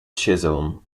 chisholm